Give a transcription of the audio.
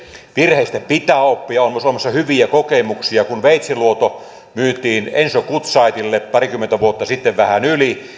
virheistä pitää oppia suomessa on ollut myös hyviä kokemuksia kun veitsiluoto myytiin enso gutzeitille parikymmentä vuotta sitten vähän yli